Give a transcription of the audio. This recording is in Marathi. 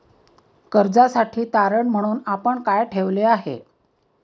कर्जासाठी तारण म्हणून आपण काय ठेवले आहे?